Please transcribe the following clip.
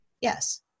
Yes